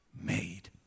made